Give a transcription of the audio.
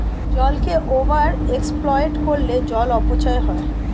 জলকে over exploit করলে জল অপচয় হয়